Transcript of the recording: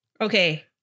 Okay